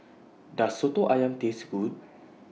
Does Soto Ayam Taste Good